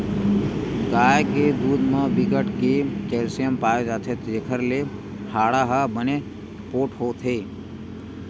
गाय के दूद म बिकट के केल्सियम पाए जाथे जेखर ले हाड़ा ह बने पोठ होथे